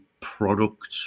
product